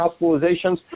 hospitalizations